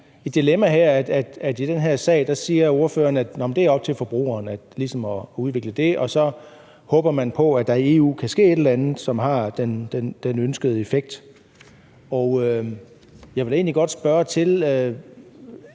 I den her sag siger ordføreren, at det er op til forbrugerne ligesom at udvikle det, og så håber man på, at der i EU kan ske et eller andet, som har den ønskede effekt. Jeg vil da egentlig godt spørge til,